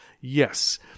Yes